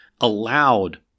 allowed